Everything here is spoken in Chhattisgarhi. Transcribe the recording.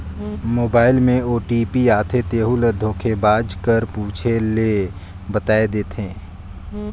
मोबाइल में ओ.टी.पी आथे तेहू ल धोखेबाज कर पूछे ले बताए देथे